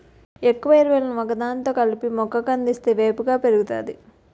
ఎక్కువ ఎరువులను ఒకదానిలో కలిపి మొక్క కందిస్తే వేపుగా పెరుగుతాది